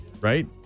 right